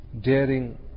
daring